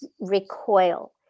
recoil